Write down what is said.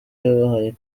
yabahaye